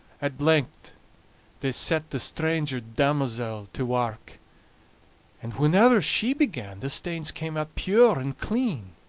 at length they set the stranger damosel to wark and whenever she began the stains came out pure and clean,